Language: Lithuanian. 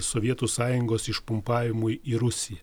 sovietų sąjungos išpumpavimui į rusiją